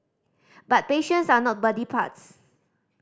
but patients are not body parts